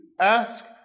ask